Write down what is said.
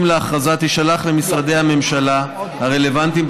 להכרזה תישלח למשרדי הממשלה הרלוונטיים,